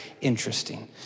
interesting